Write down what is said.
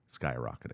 skyrocketing